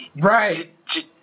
Right